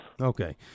okay